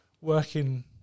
working